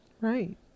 right